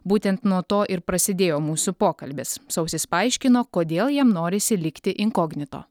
būtent nuo to ir prasidėjo mūsų pokalbis sausis paaiškino kodėl jam norisi likti inkognito